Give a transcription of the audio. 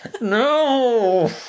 No